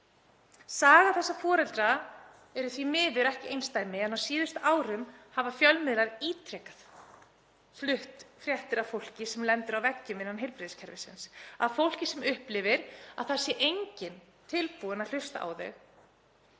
Saga þessa foreldra er því miður ekki einsdæmi en á síðustu árum hafa fjölmiðlar ítrekað flutt fréttir af fólki sem lendir á vegg innan heilbrigðiskerfisins, af fólki sem upplifir að það sé enginn tilbúinn að hlusta á það